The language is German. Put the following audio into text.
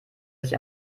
sich